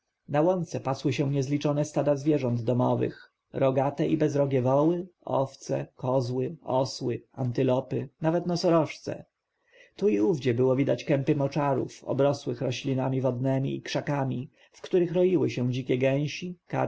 na łące pasły się niezliczone stada zwierząt domowych rogate i bezrogie woły owce kozy osły antylopy nawet nosorożce tu i owdzie było widać kępy moczarów obrosłych roślinami wodnemi i krzakami w których roiły się dzikie gęsi kaczki